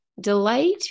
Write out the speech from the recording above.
Delight